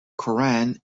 koran